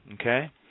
Okay